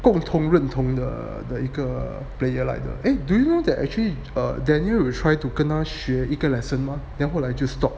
共同认同的一个 player 来的 eh do you know that actually err daniel 有 try to 跟他学一个 lesson mah then 后来就 stop